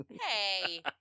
Hey